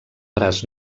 braç